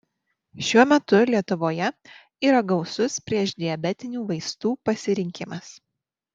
šiuo metu lietuvoje yra gausus priešdiabetinių vaistų pasirinkimas